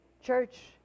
church